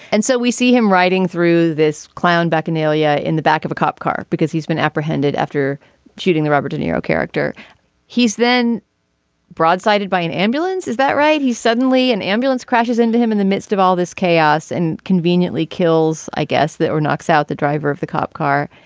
and so we see him riding through this clown bacchanalia in the back of a cop car because he's been apprehended after shooting the robert deniro character he's then broadsided by an ambulance. is that right. he's suddenly an ambulance crashes into him in the midst of all this chaos and conveniently kills. i guess that knocks out the driver of the cop car.